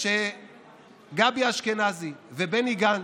שגבי אשכנזי ובני גנץ,